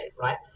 right